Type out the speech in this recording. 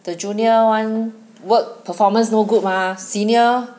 the junior one work performance no good mah senior